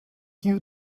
you